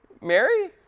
Mary